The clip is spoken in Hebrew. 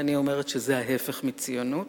ואני אומרת שזה ההיפך מציונות.